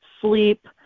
sleep